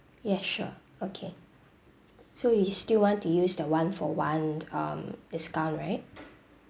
ya sure okay so you still want to use the one-for-one um discount right